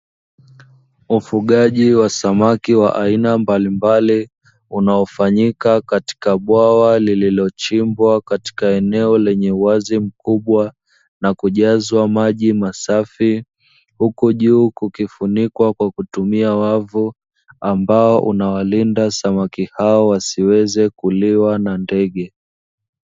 Ufugaji wa samaki wa aina mbalimbali, unaofanyika katika bwawa lililochimbwa katika eneo lenye uwazi mkubwa na kujazwa maji masafi, huku juu kukifunikwa kwa kutumia wavu ambao unawalinda sawake hao wasiweze kuliwa na ndege.